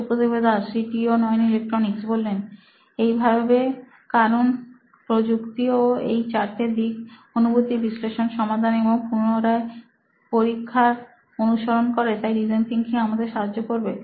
Supratibh Das C T O নোইন electronics এইভাবে কারণ প্রযুক্তি ও এই চারটে দিক অনুভূতি বিশ্লেষণ সমাধান এবং পুনরায় পরীক্ষা অনুসরণ করে তাই ডিজাইন থিনকিং আমাদের সাহায্য করবে